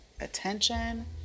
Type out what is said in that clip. attention